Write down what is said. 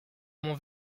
mon